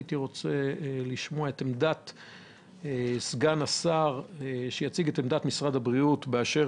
הייתי רוצה שסגן השר יציג את עמדת משרד הבריאות באשר